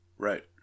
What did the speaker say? Right